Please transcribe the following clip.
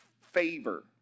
Favor